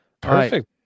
Perfect